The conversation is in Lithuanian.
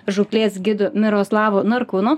žūklės gidu miroslavu narkūnu